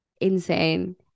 insane